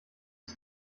das